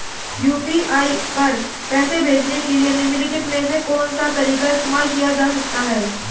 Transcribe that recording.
UPI पर पैसे भेजने के लिए निम्नलिखित में से कौन सा तरीका इस्तेमाल किया जा सकता है?